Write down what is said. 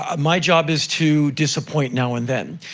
ah my job is to disappoint now and then.